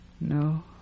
No